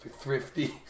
Thrifty